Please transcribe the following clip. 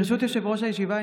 ברשות יושב-ראש הישיבה,